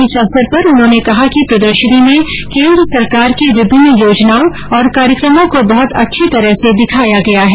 इस अवसर पर उन्होने कहा कि प्रदर्शनी में केन्द्र सरकार की विभिन्न योजनाओं और कार्यक्रमों को बहुत अच्छी तरह से दिखाया गया है